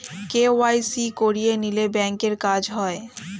KYC করিয়ে নিলে ব্যাঙ্কের কাজ হয়